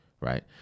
Right